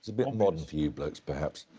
bit modern for you blokes, perhaps!